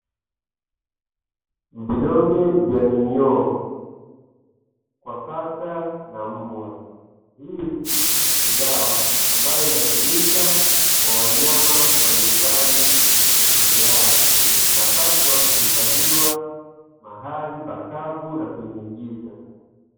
Vidonge vya minyoo kwa paka na mbwa, hii ni dawa ambayo inatumika kwa wanyama wa nyumbani peke yake, inapaswa kuhifadhiwa mahali pakavu na penye giza.